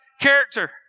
character